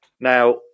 Now